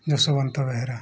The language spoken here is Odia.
ଯଶୋବନ୍ତ ବେହେରା